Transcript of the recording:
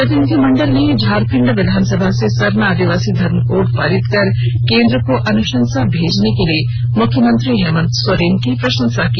प्रतिनिधिमंडल ने झारखंड विधानसभा से सरना आदिवासी धर्म कोड पारित कर केंद्र को अनुशंसा भेजने के लिए मुख्यमंत्री हेमन्त सोरेन की प्रशंसा की